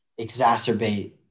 exacerbate